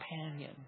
companion